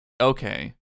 okay